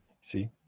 See